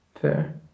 Fair